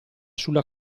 sulla